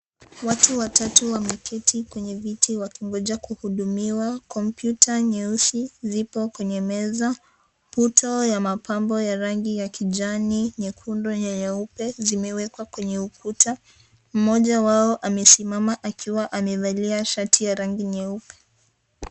Watu watatu wameketi kwenye viti wakingoja kuhudumiwa, computer nyeusi zipo kwenye meza, puto ya pambo ya rangi ya kijani, nyekundu na nyeupe zimewekwa kwenye ukuta, moja wao amesimama akiwa amevalia shati ya rangi nyeupe.